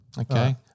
Okay